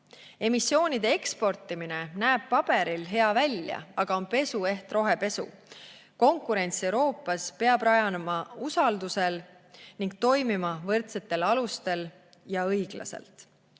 Emissioonide eksportimine näeb paberil hea välja, aga on pesueht rohepesu. Konkurents Euroopas peab rajanema usaldusel ning toimima võrdsetel alustel ja õiglaselt.